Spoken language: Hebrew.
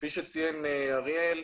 כפי שציין אריאל,